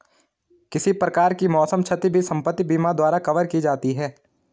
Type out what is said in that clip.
किसी प्रकार की मौसम क्षति भी संपत्ति बीमा द्वारा कवर की जाती है